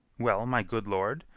well, my good lord,